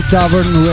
Tavern